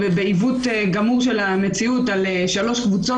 בעיוות גמור של המציאות על שלוש קבוצות